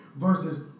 Versus